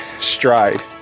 stride